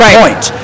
point